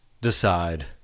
decide